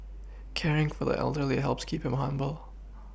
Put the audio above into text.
caring for the elderly helps keep him humble